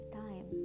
time